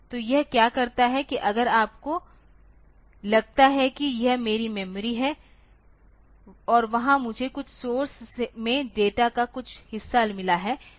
तो यह क्या करता है कि अगर आपको लगता है कि यह मेरी मेमोरी है और वहां मुझे कुछ सोर्स में डेटा का कुछ हिस्सा मिला है